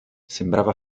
sembrava